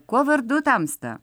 kuo vardu tamsta